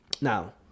Now